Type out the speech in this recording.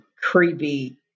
creepy